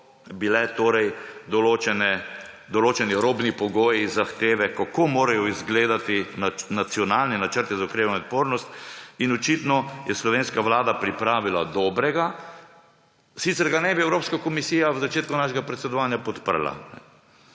takrat naprej so bili določeni robni pogoji, zahteve, kako morajo izgledati nacionalni načrti za okrevanje in odpornost. Očitno je slovenska vlada pripravila dobrega, sicer ga ne bi Evropska komisija v začetku našega predsedovanja podprla.